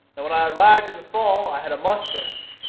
but when i arrived in the fall, i had a moustache.